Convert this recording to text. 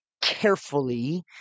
Carefully